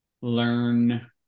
Learn